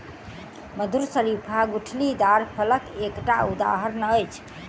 मधुर शरीफा गुठलीदार फलक एकटा उदहारण अछि